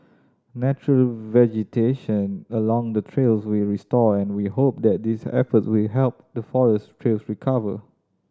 natural vegetation along the trails will restored and we hope that these efforts will help the forest trails recover